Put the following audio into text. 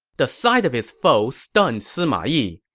the sight of his foe stunned sima yi.